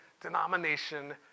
denomination